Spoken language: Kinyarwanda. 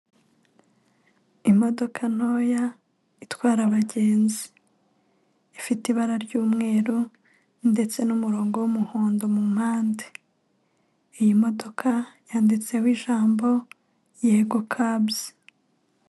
Imodoka ntoya itwara abagenzi. Ifite ibara ry'umweru ndetse n'umurongo w'umuhondo mu mpande. Iyi modoka yanditseho ijambo, " Yego kabuzi".